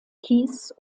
kies